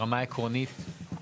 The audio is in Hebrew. ברמה העקרונית?